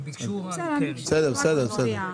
הצבעה ההסתייגות לא התקבלה.